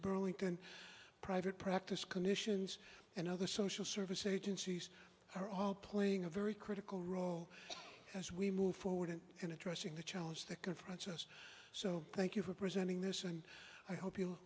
burlington private practice commissions and other social service agencies are all playing a very critical role as we move forward and in addressing the challenges that confronts us so thank you for presenting this and i hope you